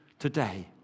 today